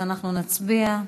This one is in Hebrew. אנחנו נצביע.